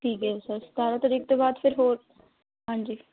ਠੀਕ ਹੈ ਸਰ ਸਤਾਰਾਂ ਤਰੀਕ ਤੋਂ ਬਾਅਦ ਫਿਰ ਹੋਰ ਹਾਂਜੀ